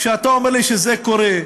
כשאתה אומר לי שזה קורה,